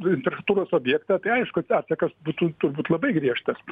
infrastruktūros objektą tai aišku atsakas būtų turbūt labai griežtas